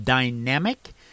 Dynamic